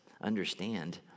understand